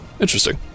interesting